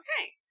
Okay